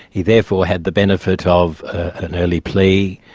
he therefore had the benefit ah of an early plea,